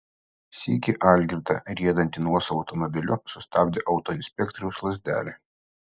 sykį algirdą riedantį nuosavu automobiliu sustabdė autoinspektoriaus lazdelė